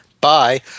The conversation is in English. Bye